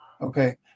Okay